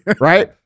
Right